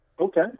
okay